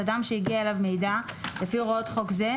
אדם שהגיע אליו מידע לפי הוראות חוק זה,